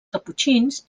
caputxins